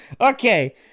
Okay